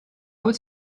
would